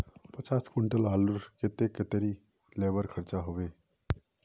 पचास कुंटल आलूर केते कतेरी लेबर खर्चा होबे बई?